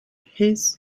his